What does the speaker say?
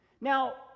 Now